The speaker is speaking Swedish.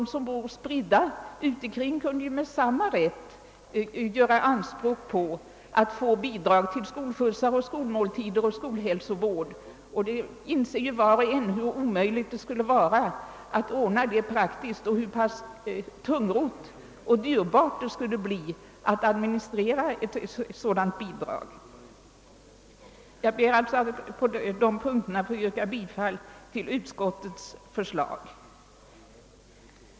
De som bor mer spridda kunde med samma rätt göra anspråk på att få bidrag till skolskjutsar, skolmåltider och skolhälsovård. Var och en inser hur omöjligt det skulle vara att ordna det praktiskt och hur pass tungrott och dyrbart det skulle bli att administrera dessa bidrag. Herr talman! Jag ber alltså att på dessa punkter få yrka bifall till utskottets hemställan.